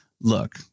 look